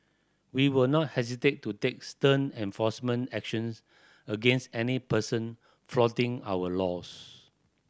we will not hesitate to take stern enforcement actions against any person flouting our laws